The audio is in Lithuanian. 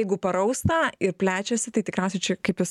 jeigu parausta ir plečiasi tai tikriausiai čia kaip jūs